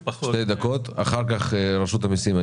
אחר כך רשות המיסים.